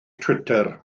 twitter